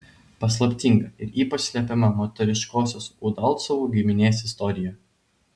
paslaptinga ir ypač slepiama moteriškosios udalcovų giminės istorija